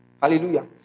Hallelujah